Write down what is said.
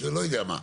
לא יודע מה.